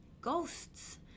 ghosts